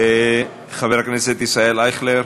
חבר הכנסת ישראל אייכלר,